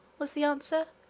was the answer,